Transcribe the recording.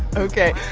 ok,